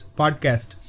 podcast